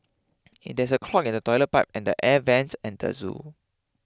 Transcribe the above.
there is a clog in the Toilet Pipe and the Air Vents at the zoo